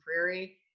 Prairie